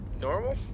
normal